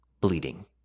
bleeding